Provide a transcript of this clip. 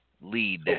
lead